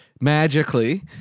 magically